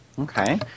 okay